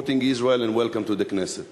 Israel and welcome to the Knesset.